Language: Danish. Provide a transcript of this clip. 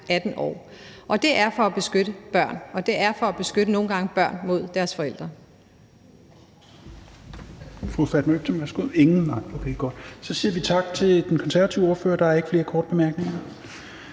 18 år. Det er for at beskytte børn, og det er nogle gange for at beskytte børn mod deres forældre.